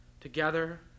together